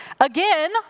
Again